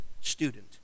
student